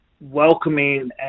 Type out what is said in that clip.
welcoming